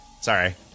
Sorry